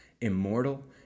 immortal